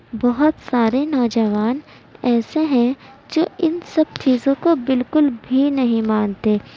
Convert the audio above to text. بہت سارے نوجوان ایسے ہیں جو ان سب چیزوں کو بالکل بھی نہیں مانتے